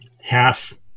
half